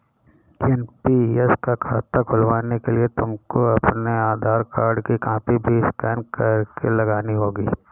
NPS का खाता खुलवाने के लिए तुमको अपने आधार कार्ड की कॉपी भी स्कैन करके लगानी होगी